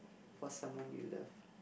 for someone you love